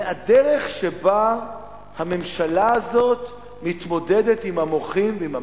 מהדרך שבה הממשלה הזאת מתמודדת עם המוחים ועם המחאה.